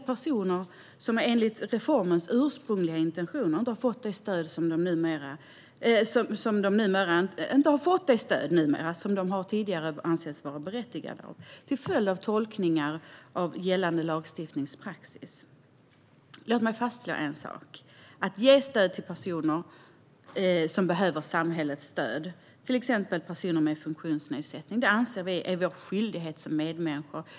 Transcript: Personer som i enlighet med reformens ursprungliga intentioner tidigare har ansetts vara berättigade till stöd får numera inte detta stöd till följd av tolkningar av gällande lagstiftningspraxis. Låt mig fastslå en sak! Att ge stöd till personer som behöver samhällets stöd, till exempel personer med funktionsnedsättning, anser vi vara vår skyldighet som medmänniskor.